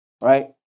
right